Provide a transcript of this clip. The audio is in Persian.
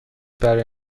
برای